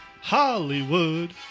Hollywood